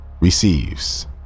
receives